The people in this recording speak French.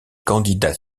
candidats